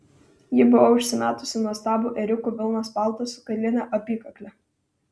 ji buvo užsimetusi nuostabų ėriukų vilnos paltą su kailine apykakle